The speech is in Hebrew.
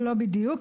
לא בדיוק,